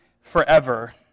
forever